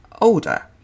older